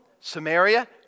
Samaria